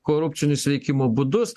korupcinius veikimo būdus